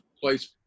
place